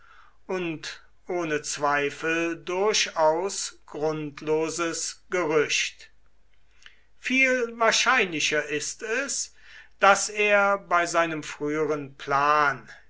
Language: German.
und ohne zweifel durchaus grundloses gerücht viel wahrscheinlicher ist es daß er bei seinem früheren plan